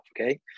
okay